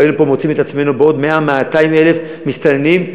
והיינו מוצאים פה את עצמנו עם עוד 100,000 200,000 מסתננים,